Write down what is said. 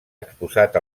exposat